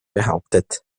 behauptet